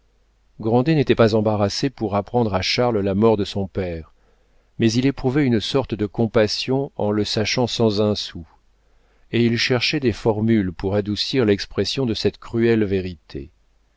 n'était pas embarrassé pour apprendre à charles la mort de son père mais il éprouvait une sorte de compassion en le sachant sans un sou et il cherchait des formules pour adoucir l'expression de cette cruelle vérité